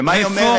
שמה היא אומרת?